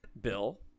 Bill